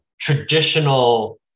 traditional